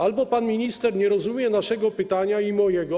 Albo pan minister nie rozumie naszego pytania i mojego.